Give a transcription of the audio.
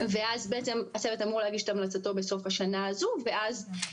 ואז בעצם הצוות אמור להגיש את המלצותיו בסוף השנה הזו ואז